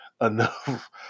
enough